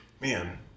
Man